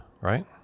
right